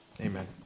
Amen